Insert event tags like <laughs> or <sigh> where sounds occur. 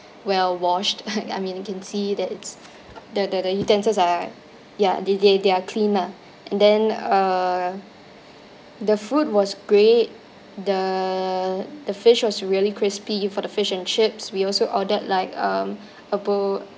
well-washed <laughs> I mean you can see that it's the the the utensils are ya they they they're cleaner lah and then uh the food was great the the fish was really crispy for the fish and chips we also ordered like um a bowl